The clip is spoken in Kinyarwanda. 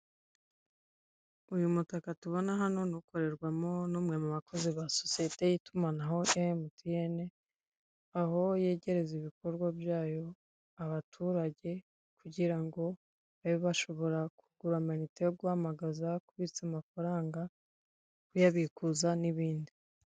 Uyu mutaka tubona hano ni ukorerwamo n'umwe mu bakozi ba sosiyete y'itumanaho ya emutiyene, aho yegereza ibikorwa byayo abaturage, kugira ngo babe bashobora kugura amayinite yo guhamagaza, kubitsa amafaranga, kuyabikuza, n'ibindi.